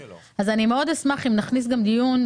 אני מאוד אשמח, אם נכניס גם דיון.